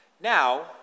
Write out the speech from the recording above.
Now